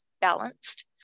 balanced